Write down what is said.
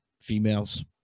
females